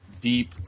deep